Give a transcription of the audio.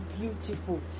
beautiful